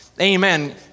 Amen